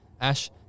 Ash